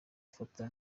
afata